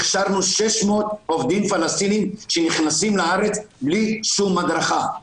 הכשרנו 600 עובדים פלסטינים שנכנסים לארץ בלי שום הדרכה.